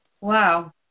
Wow